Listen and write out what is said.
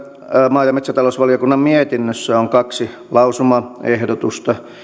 maa ja metsätalousvaliokunnan mietinnössä on kaksi lausumaehdotusta